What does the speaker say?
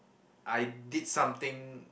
I did something